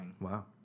Wow